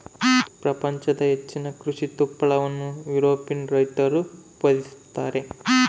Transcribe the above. ಪ್ರಪಂಚದ ಹೆಚ್ಚಿನ ಕೃಷಿ ತುಪ್ಪಳವನ್ನು ಯುರೋಪಿಯನ್ ರೈತರು ಉತ್ಪಾದಿಸುತ್ತಾರೆ